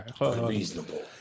Unreasonable